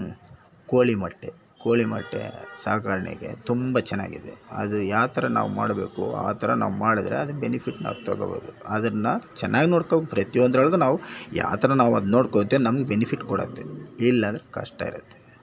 ಕೋಳಿಮೊಟ್ಟೆ ಕೋಳಿಮೊಟ್ಟೆ ಸಾಗಾಣಿಕೆ ತುಂಬ ಚೆನ್ನಾಗಿದೆ ಅದು ಯಾವ್ತರ ನಾವು ಮಾಡಬೇಕು ಆ ಥರ ನಾವು ಮಾಡಿದರೆ ಅದು ಬೆನಿಫಿಟ್ ನಾವು ತಗೋಬೋದು ಅದನ್ನ ಚೆನ್ನಾಗ್ ನೋಡಿಕೋ ಪ್ರತಿಯೊಂದ್ರೊಳಗು ನಾವು ಯಾಥರ ನಾವು ಅದು ನೋಡ್ಕೋತಿವಿ ನಮ್ಗೆ ಬೆನಿಫಿಟ್ ಕೊಡುತ್ತೆ ಇಲ್ಲಂದ್ರೆ ಕಷ್ಟ ಇರುತ್ತೆ